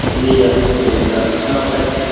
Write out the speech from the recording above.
جی الحمد للہ اپنا بتائیے